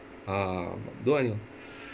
ah don't anyhow